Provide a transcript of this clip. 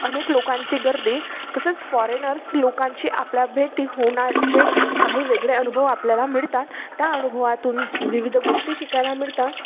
अनेक लोकांची गर्दी तसेच फॉरेनर्स लोकांची आपल्या भेटी होण्याचे काही वेगळे अनुभव आपल्याला मिळतात त्या अनुभवातून विविध गोष्टी शिकायला मिळतात